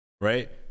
right